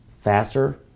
faster